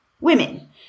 women